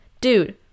Dude